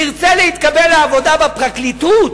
תרצה להתקבל לעבודה בפרקליטות,